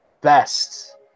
best